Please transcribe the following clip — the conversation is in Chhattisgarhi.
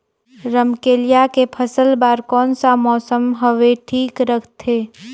रमकेलिया के फसल बार कोन सा मौसम हवे ठीक रथे?